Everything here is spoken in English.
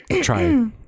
Try